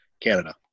Canada